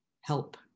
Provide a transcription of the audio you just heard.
help